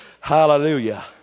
hallelujah